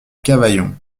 cavaillon